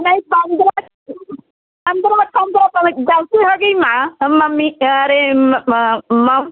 नहीं पंद्रह पंद्रह पंद्रह तारीख गलती हो गई मा मम्मी अरे मम